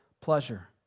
pleasure